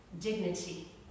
dignity